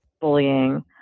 bullying